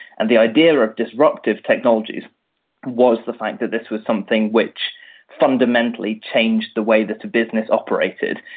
and the idea of disruptive technologies was the fact that this was something which fundamentally changed the way that a business operated,